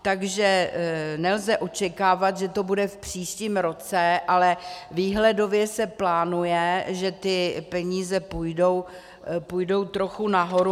Takže nelze očekávat, že to bude v příštím roce, ale výhledově se plánuje, že ty peníze půjdou trochu nahoru.